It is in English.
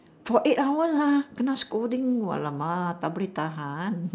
for eight hours lah kena scolding !wah! !alamak! tak boleh tahan